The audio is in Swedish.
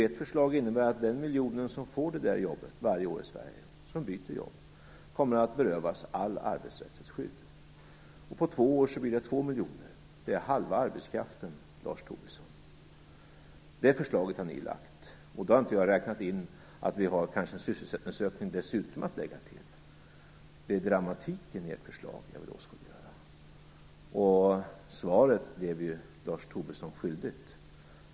Ert förslag innebär att den miljonen människor som får eller byter jobb i Sverige kommer att berövas allt arbetsrättsligt skydd. Under två år blir det två miljoner människor. Det är halva arbetskraften, Lars Tobisson. Detta förslag har ni lagt fram. Men jag har inte räknat in att det dessutom kan bli fråga om en sysselsättningsökning att lägga till. Det är dramatiken i ert förslag som jag vill åskådliggöra. Svaret blev ju Lars Tobisson skyldig.